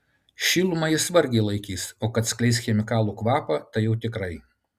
šilumą jis vargiai laikys o kad skleis chemikalų kvapą tai jau tikrai